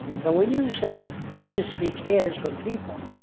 so when you say industry cares for people,